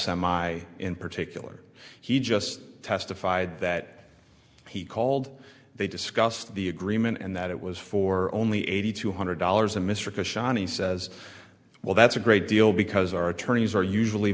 semi in particular he just testified that he called they discussed the agreement and that it was for only eighty two hundred dollars and mr khashoggi says well that's a great deal because our attorneys are usually